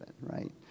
right